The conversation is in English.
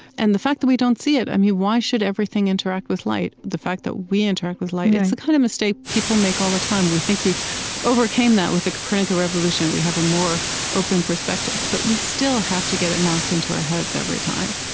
and the fact that we don't see it i mean why should everything interact with light? the fact that we interact with light it's the kind of mistake people make all the time. we think we overcame that with the copernican revolution, we have a more open perspective. but we still have to get it knocked into our heads every time,